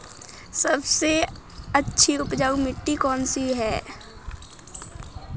सबसे अच्छी उपजाऊ मिट्टी कौन सी है?